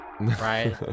Right